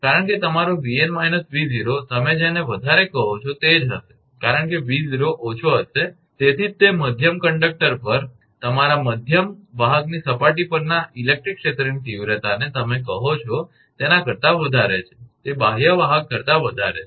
કારણકે તમારો 𝑉𝑛 − 𝑉0 તમે જેને વધારે કહો છો તે જ હશે કારણ કે 𝑉0 ઓછો હશે તેથી જ તે મધ્યમ કંડક્ટર તમારા મધ્યમ વાહકની સપાટી પરના ઇલેક્ટ્રિક ક્ષેત્રની તીવ્રતાને તમે કહો છો તેના કરતા વધારે છે તે બાહ્ય વાહક કરતા વધારે છે